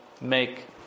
make